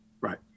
Right